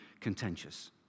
contentious